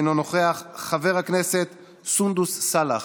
אינו נוכח, חברת הכנסת סונדרס סאלח,